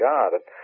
God